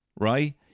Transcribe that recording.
right